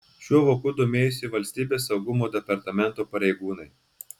šiuo voku domėjosi valstybės saugumo departamento pareigūnai